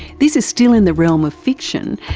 this is still in the realm of fiction,